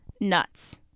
Nuts